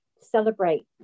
celebrate